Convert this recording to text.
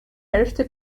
hälfte